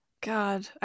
God